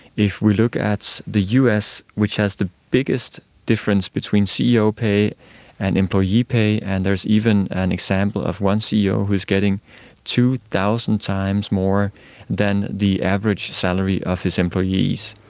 if we look at the us which has the biggest difference between ceo pay and employee pay, and there's even an example of one ceo who was getting two thousand times more than the average salary of his employees,